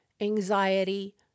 anxiety